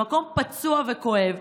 במקום פצוע וכואב,